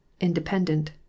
independent